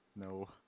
No